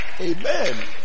Amen